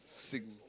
sing